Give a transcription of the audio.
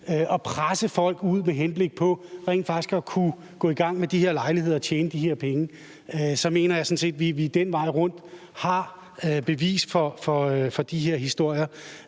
og presse folk ud med henblik på rent faktisk at kunne gå i gang med de her lejligheder og tjene de her penge, så mener jeg sådan set, at vi den vej rundt har bevis for de her historier.